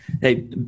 Hey